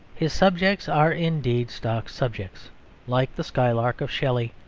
his subjects are indeed stock subjects like the skylark of shelley,